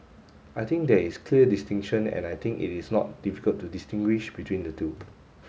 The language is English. I think there is clear distinction and I think it is not difficult to distinguish between the two